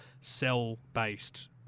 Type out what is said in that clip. cell-based